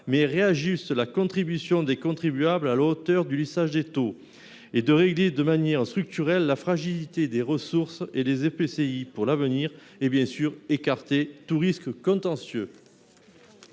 de réajuster la contribution des contribuables à la hauteur du lissage des taux, de régler de manière structurelle la fragilité des ressources des EPCI et d’écarter tout risque contentieux.